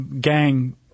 gang